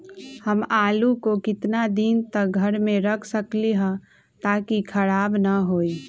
हम आलु को कितना दिन तक घर मे रख सकली ह ताकि खराब न होई?